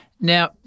Now